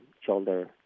shoulder